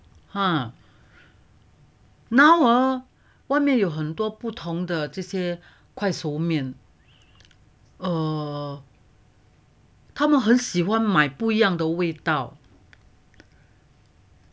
ha now hor 外面有很多不同的这些快熟面 err 他们很喜欢买不一样的味道